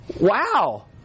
wow